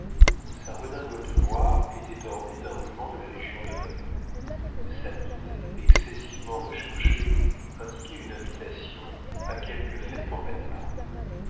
sa redingote noire était ornée d'un ruban de la légion-d'honneur sa mise excessivement recherchée indiquait une invitation à quelque fête campagnarde